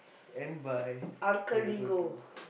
and buy when you go to